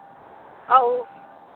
ꯑꯧ